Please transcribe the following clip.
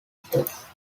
states